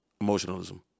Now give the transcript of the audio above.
Emotionalism